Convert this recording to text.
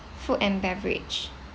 food and beverage